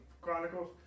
Chronicles